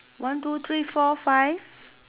one two three four five